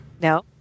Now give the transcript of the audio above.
No